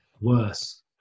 worse